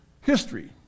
history